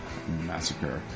Massacre